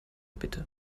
bitte